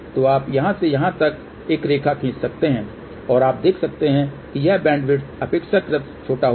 तो आप यहां से यहां तक एक रेखा खींच सकते हैं और आप देख सकते हैं कि यह बैंडविड्थ अपेक्षाकृत छोटा होगा